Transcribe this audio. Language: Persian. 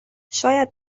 شاید